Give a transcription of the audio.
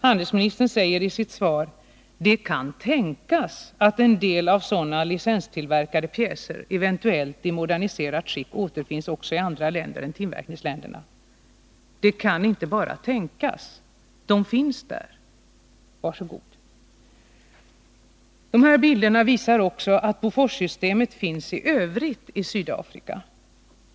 Handelsministern säger i sitt svar: ”Det kan tänkas att en del av sådana licenstillverkade pjäser eventuellt i moderniserat skick återfinns också i andra länder än tillverkningsländerna.” Det kan inte bara tänkas. De finns där — varsågod! Bilderna 3 och 4 visar att Boforssystemet finns i övrigt i Sydafrika.